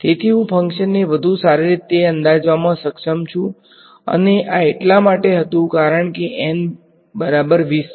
તેથી હું ફંક્શનને વધુ સારી રીતે અંદાજવામાં સક્ષમ છું અને આ એટલા માટે હતું કારણ કે N બરાબર વીસ છે